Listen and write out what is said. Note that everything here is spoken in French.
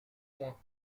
ouen